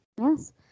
Yes